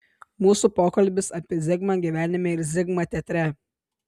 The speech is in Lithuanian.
mūsų pokalbis apie zigmą gyvenime ir zigmą teatre